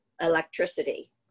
electricity